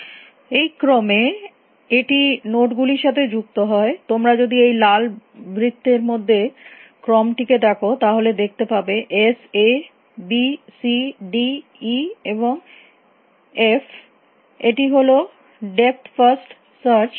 এই ক্রমে এটি নোড গুলির সাথে যুক্ত হয় তোমরা যদি এই লাল বৃত্তের মধ্যের ক্রম টিকে দেখো তাহলে দেখতে পাবে S A B C D E এবং F S A B C D E এবং এফ এটি হল ডেপথ ফার্স্ট সার্চ এর ক্রম